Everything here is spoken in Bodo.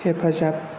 हेफाजाब